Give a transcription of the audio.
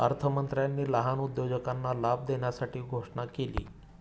अर्थमंत्र्यांनी लहान उद्योजकांना लाभ देण्यासाठी घोषणा केली